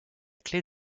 clef